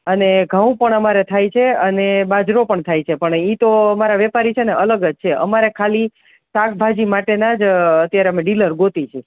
અને ધઉં પણ અમારે થાય છે અને બાજરો પણ થાયે છે પણ એ તો અમારે વેપારી છેને અલગ જ છે અમારે ખાલી શાકભાજી માટેના જ અત્યારે અમે ડીલર ગોતીએ છીએ